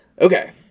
Okay